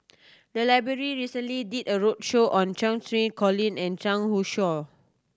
the library recently did a roadshow on Cheng Xinru Colin and Zhang Youshuo